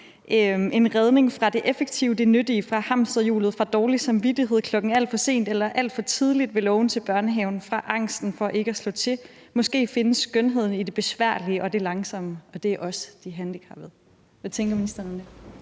en redning fra det effektive, det nyttige, fra hamsterhjulet, fra dårlig samvittighed klokken alt for sent eller alt for tidligt ved lågen til børnehaven og fra angsten for ikke at slå til. Måske findes skønheden i det besværlige og det langsomme, og måske er det os, der er de handicappede. Hvad tænker ministeren om det?